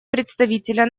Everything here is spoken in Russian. представителя